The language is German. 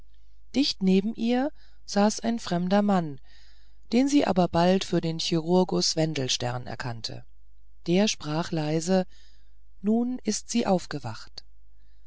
dicht neben ihr saß ein fremder mann den sie aber bald für den chirurgus wendelstern erkannte der sprach leise nun ist sie aufgewacht